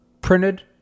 printed